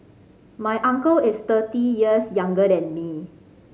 my uncle is thirty years younger than me